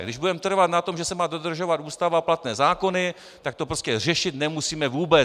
Když budeme trvat na tom, že se má dodržovat Ústava a platné zákony, tak to prostě řešit nemusíme vůbec.